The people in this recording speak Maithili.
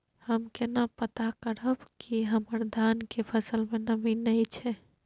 हम केना पता करब की हमर धान के फसल में नमी नय छै?